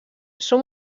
són